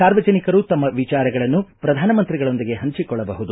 ಸಾರ್ವಜನಿಕರು ತಮ್ಮ ವಿಚಾರಗಳನ್ನು ಪ್ರಧಾನಮಂತ್ರಿಗಳೊಂದಿಗೆ ಹಂಚಿಕೊಳ್ಳಬಹುದು